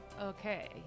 Okay